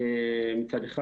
מצד אחד.